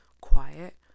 quiet